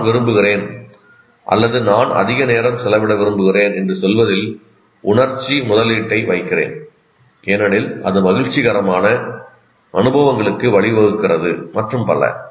நான் விரும்புகிறேன் அல்லது நான் அதிக நேரம் செலவிட விரும்புகிறேன் என்று சொல்வதில் உணர்ச்சி முதலீட்டை வைக்கிறேன் ஏனெனில் அது மகிழ்ச்சிகரமான அனுபவங்களுக்கு வழிவகுக்கிறது மற்றும் பல